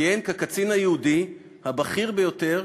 כיהן כקצין היהודי הבכיר ביותר